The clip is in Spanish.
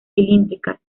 cilíndricas